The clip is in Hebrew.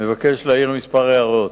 ומבקש להעיר כמה הערות.